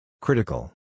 Critical